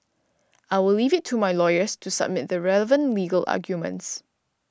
I will leave it to my lawyers to submit the relevant legal arguments